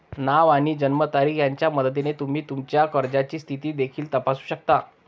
नाव आणि जन्मतारीख यांच्या मदतीने तुम्ही तुमच्या कर्जाची स्थिती देखील तपासू शकता